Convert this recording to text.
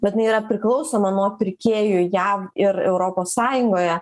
bet jinai yra priklausoma nuo pirkėjų jav ir europos sąjungoje